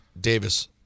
Davis